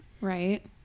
Right